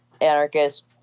anarchist